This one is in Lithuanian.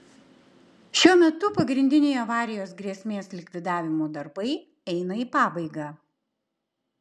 šiuo metu pagrindiniai avarijos grėsmės likvidavimo darbai eina į pabaigą